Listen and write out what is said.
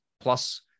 plus